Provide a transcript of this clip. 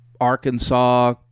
Arkansas